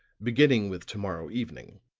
beginning with to-morrow evening.